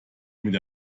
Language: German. mit